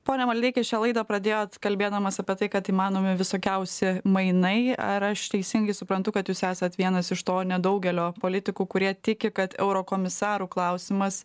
pone maldeiki šią laidą pradėjot kalbėdamas apie tai kad įmanomi visokiausi mainai ar aš teisingai suprantu kad jūs esat vienas iš to nedaugelio politikų kurie tiki kad eurokomisarų klausimas